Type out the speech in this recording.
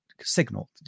signal